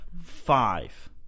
Five